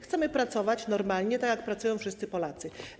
Chcemy pracować normalnie, tak jak pracują wszyscy Polacy.